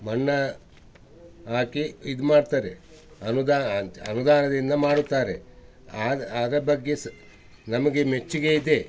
ಮಣ್ಣ ಹಾಕಿ ಇದು ಮಾಡ್ತಾರೆ ಅನುದಾ ಅಂತೆ ಅನುದಾನದಿಂದ ಮಾಡುತ್ತಾರೆ ಅದು ಅದರ ಬಗ್ಗೆ ಸ ನಮಗೆ ಮೆಚ್ಚುಗೆ ಇದೆ